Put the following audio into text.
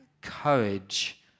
courage